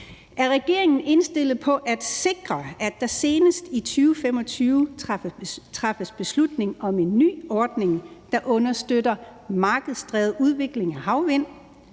Er regeringen indstillet på at sikre, at der senest i 2025 træffes beslutning om en ny ordning, der understøtter markedsdrevet udvikling af havvind,